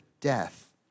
death